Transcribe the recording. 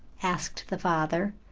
asked the father.